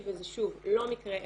וזה שוב לא מקרה אחד,